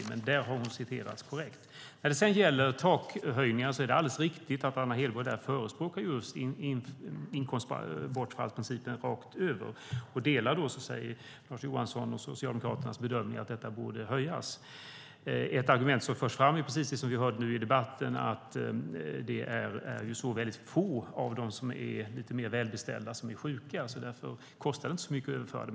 Men där har hon citerats korrekt. När det gäller takhöjningar är det alldeles riktigt att Anna Hedborg förespråkar inkomstbortfallsprincipen rakt över. Hon delar Lars Johanssons och Socialdemokraternas bedömning att taken borde höjas. Ett argument som förs fram är precis det som vi hörde nu i debatten: Det är få av dem som är lite mer välbeställda som är sjuka, och därför kostar det inte så mycket att överföra dem.